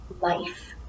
life